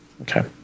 Okay